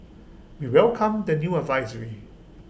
we welcomed the new advisory